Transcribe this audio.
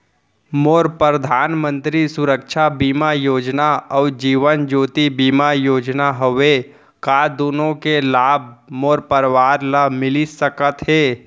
मोर परधानमंतरी सुरक्षा बीमा योजना अऊ जीवन ज्योति बीमा योजना हवे, का दूनो के लाभ मोर परवार ल मिलिस सकत हे?